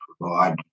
provide